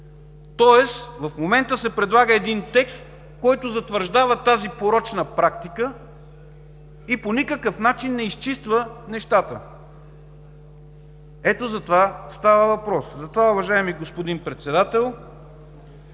Тоест в момента се предлага текст, който затвърждава тази порочна практика и по никакъв начин не изчиства нещата. Ето, за това става въпрос! Затова, уважаеми господин Председател,